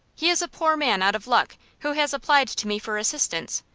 he is a poor man out of luck, who has applied to me for assistance,